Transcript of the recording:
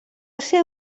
ser